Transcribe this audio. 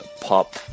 pop